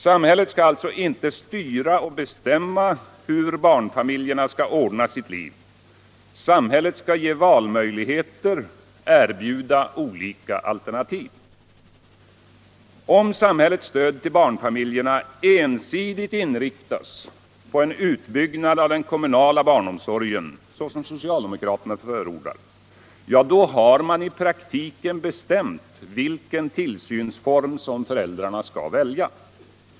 Samhället skall alltså inte styra och bestämma hur barnfamiljerna skall ordna sitt liv. Samhället skall ge valmöjligheter, erbjuda olika alternativ. Om samhällets stöd till barnfamiljerna ensidigt inriktas på en utbyggnad av den kommunala barnomsorgen, så som socialdemokraterna fö debatt Allmänpolitisk debatt 10 respråkar, ja, då har man i praktiken bestämt vilken tillsynsform föräldrarna skall välja.